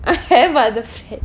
but the fact